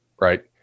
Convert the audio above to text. right